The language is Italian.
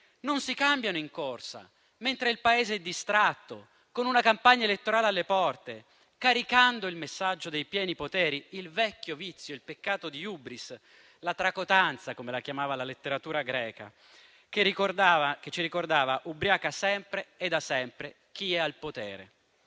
non si cambiano in corsa, mentre il Paese è distratto, con una campagna elettorale alle porte, caricando il messaggio dei pieni poteri, il vecchio vizio, il peccato di *hybris*, la tracotanza come la chiama la letteratura greca, che ci ricorda come ubriaca sempre e da sempre chi è al potere.